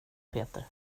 peter